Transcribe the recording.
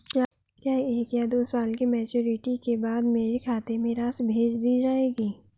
क्या एक या दो साल की मैच्योरिटी के बाद मेरे खाते में राशि भेज दी जाएगी?